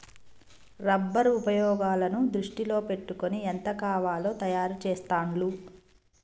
rubber ఉపయోగాలను దృష్టిలో పెట్టుకొని ఎంత కావాలో తయారు చెస్తాండ్లు